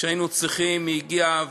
כשהיינו צריכים היא הגיעה,